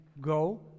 go